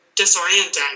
disorienting